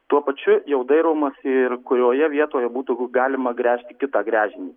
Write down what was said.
tuo pačiu jau dairomasi ir kurioje vietoje būtų galima gręžti kitą gręžinį